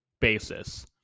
basis